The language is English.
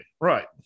Right